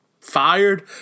Fired